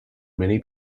many